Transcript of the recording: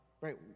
Right